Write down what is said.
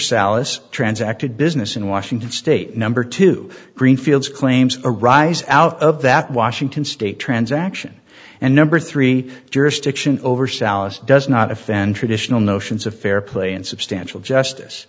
sallust transacted business in washington state number two green fields claims arise out of that washington state transaction and number three jurisdiction over sallust does not offend traditional notions of fair play and substantial justice